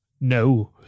No